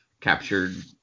captured